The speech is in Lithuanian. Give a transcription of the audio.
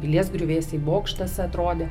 pilies griuvėsiai bokštas atrodė